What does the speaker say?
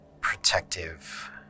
protective